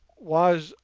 was,